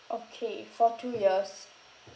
okay for two years